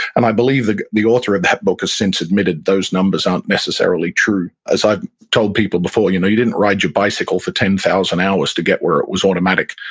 and i believe the the author of that book has since admitted those numbers aren't necessarily true. true. as i've told people before, you know you didn't ride your bicycle for ten thousand hours to get where it was automatic,